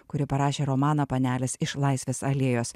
kuri parašė romaną panelės iš laisvės alėjos